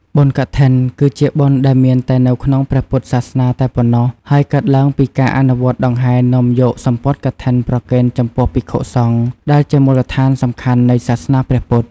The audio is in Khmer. បុណ្យកឋិន គឺជាបុណ្យដែលមានតែនៅក្នុងព្រះពុទ្ធសាសនាតែប៉ុណ្ណោះ ហើយកើតឡើងពីការអនុវត្តដង្ហែរនាំយកសំពត់កឋិនប្រគេនចំពោះភិក្ខុសង្ឃ ដែលជាមូលដ្ឋានសំខាន់នៃសាសនាព្រះពុទ្ធ។